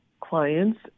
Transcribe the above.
clients